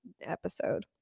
episode